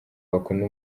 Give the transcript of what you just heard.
bakunda